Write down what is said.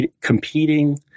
competing